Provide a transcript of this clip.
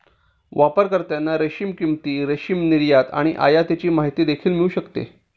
वापरकर्त्यांना रेशीम किंमती, रेशीम निर्यात आणि आयातीची माहिती देखील मिळू शकते